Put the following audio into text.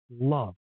love